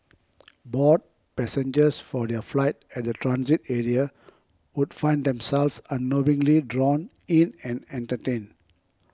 bored passengers for their flight at the transit area would find themselves unknowingly drawn in and entertained